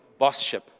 bossship